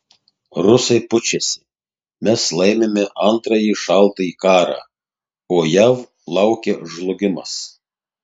rusai pučiasi mes laimime antrąjį šaltąjį karą o jav laukia žlugimas